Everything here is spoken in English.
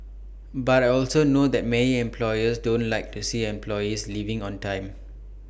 but I also know that many employers don't like to see employees leaving on time